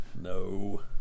No